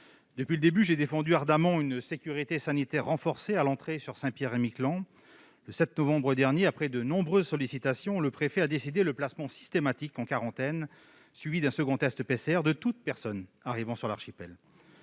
Depuis le début, j'ai défendu ardemment une sécurité sanitaire renforcée à l'entrée sur le territoire de Saint-Pierre-et-Miquelon. Le 7 novembre dernier, après de nombreuses sollicitations, le préfet a décidé le placement systématique en quarantaine, suivi d'un second test PCR, de toute personne arrivant sur l'archipel.